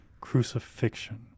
crucifixion